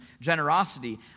generosity